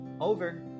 over